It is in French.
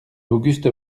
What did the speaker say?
auguste